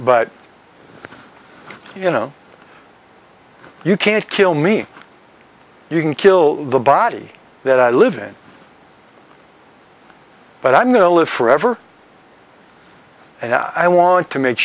but you know you can't kill me you can kill the body that i live in but i'm going to live forever and i want to make